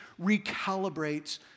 recalibrates